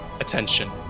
Attention